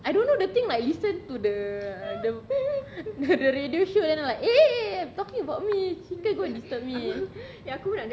I don't know the thing like listen to the the the radio show then I'm like eh I'm talking about me she could go and disturb me